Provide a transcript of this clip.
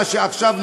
מה שעכשיו,